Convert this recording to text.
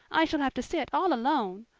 i shall have to sit all alone,